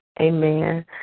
Amen